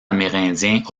amérindiens